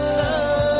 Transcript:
love